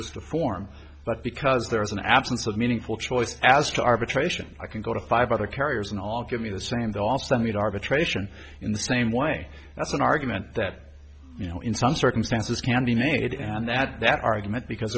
just a form but because there is an absence of meaningful choice as to arbitration i can go to five other carriers and all give me the same they also need arbitration in the same way that's an argument that you know in some circumstances can be made and that that argument because